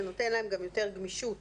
זה נותן להם גם יותר גמישות